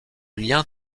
lien